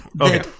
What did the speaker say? Okay